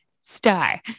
star